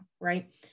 right